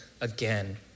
again